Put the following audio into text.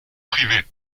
privé